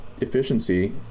efficiency